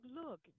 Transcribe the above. look